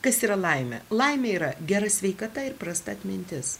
kas yra laimė laimė yra gera sveikata ir prasta atmintis